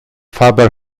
faber